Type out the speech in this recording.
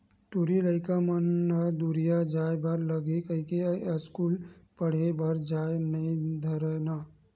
टूरी लइका मन दूरिहा जाय बर लगही कहिके अस्कूल पड़हे बर जाय ल नई धरय ना